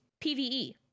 PvE